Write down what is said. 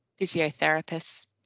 physiotherapists